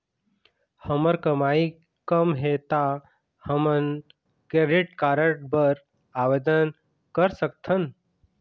हमर कमाई कम हे ता हमन क्रेडिट कारड बर आवेदन कर सकथन?